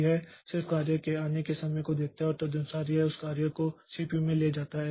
यह सिर्फ कार्य के आने के समय को देखता है और तदनुसार यह उस कार्य को CPU में ले जाता है